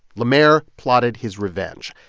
le maire plotted his revenge.